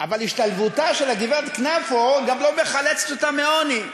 אבל השתלבותה של הגברת קנפו לא מחלצת אותה מהעוני.